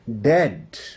dead